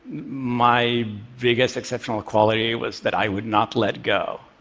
my biggest exceptional quality was that i would not let go.